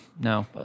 no